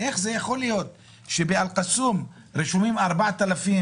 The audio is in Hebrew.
איך יכול להיות שבאל קסום רשומים 4,000